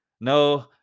No